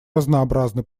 разнообразны